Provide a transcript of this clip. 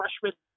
freshman